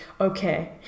okay